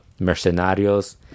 Mercenarios